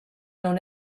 non